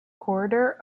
corridor